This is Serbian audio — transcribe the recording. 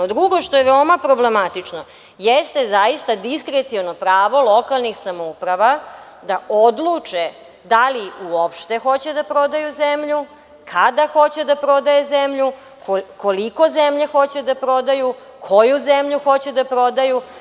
Drugo što je veoma problematično, jeste zaista diskreciono pravo lokalnih samouprava da odluče da li uopšte hoće da prodaju zemlju, kada hoće da prodaju zemlju, koliko zemlje hoće da prodaju i koju zemlju hoće da prodaju.